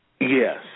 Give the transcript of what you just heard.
Yes